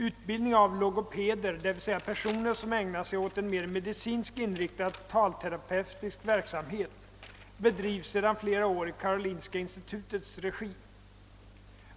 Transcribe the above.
Utbildning av logopeder, d. v. s. personer som ägnar sig åt en mer medicinskt inriktad talterapeutisk verksamhet, bedrivs sedan flera år i Karolinska institutets regi.